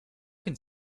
can